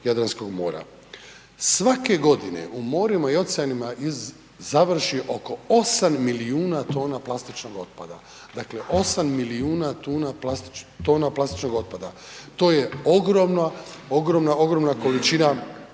Jadranskog mora. Svake godine u morima i oceanima iz .../Govornik se ne razumije./... završi oko 8 milijuna tona plastičnog otpada, dakle 8 milijuna tona plastičnog otpada, to je ogromna, ogromna količina,